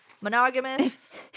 Monogamous